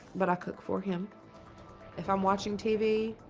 but i cook for him if i'm watching tv.